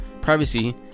privacy